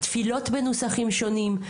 תפילות בנוסחים שונים.